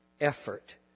effort